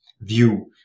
view